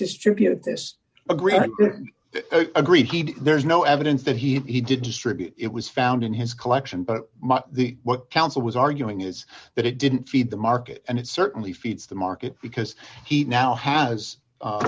distribute this agreement agreed there's no evidence that he did distribute it was found in his collection but the what counsel was arguing is that it didn't feed the market and it certainly feeds the market because he now has a